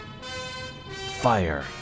Fire